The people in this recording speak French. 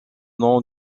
nom